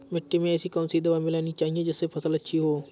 मिट्टी में ऐसी कौन सी दवा मिलाई जानी चाहिए जिससे फसल अच्छी हो?